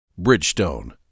Bridgestone